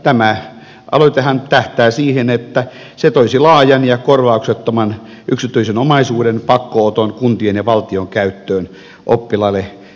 tämä aloitehan tähtää siihen että se toisi laajan ja korvauksettoman yksityisen omaisuuden pakko oton kuntien ja valtion käyttöön oppilaille